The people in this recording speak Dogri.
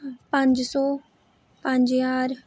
पंज सौ पंज ज्हार